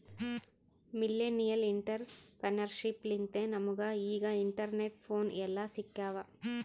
millennial entrepreneurship ಲಿಂತೆ ನಮುಗ ಈಗ ಇಂಟರ್ನೆಟ್, ಫೋನ್ ಎಲ್ಲಾ ಸಿಕ್ಯಾವ್